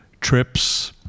trips